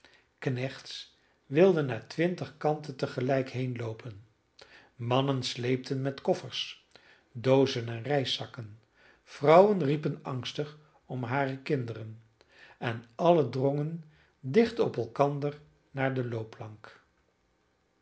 landen knechts wilden naar twintig kanten te gelijk heenloopen mannen sleepten met koffers doozen en reiszakken vrouwen riepen angstig om hare kinderen en allen drongen dicht op elkander naar de loopplank